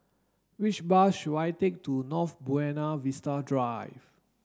which bus should I take to North Buona Vista Drive